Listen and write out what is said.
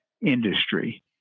industry